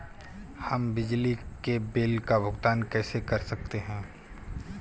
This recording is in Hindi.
हम बिजली के बिल का भुगतान कैसे कर सकते हैं?